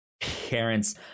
parents